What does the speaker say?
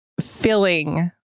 filling